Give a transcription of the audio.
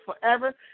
forever